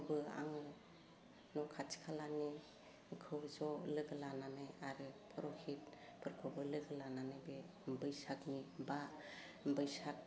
बो आङो न' खाथि खालानिखौ ज' लोगो लानानै आरो फर'हिथफोरखौबो लागो लानानै बे बैसागनि बा बैसाग